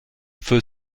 faut